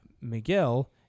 Miguel